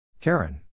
Karen